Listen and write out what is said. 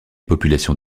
populations